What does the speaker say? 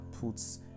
puts